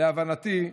להבנתי,